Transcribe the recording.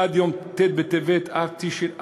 עד יום ט' בטבת התשע"ה,